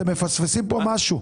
אתם מפספסים כאן משהו.